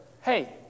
hey